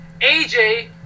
AJ